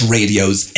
Radio's